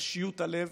וקשיות הלב.